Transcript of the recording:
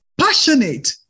passionate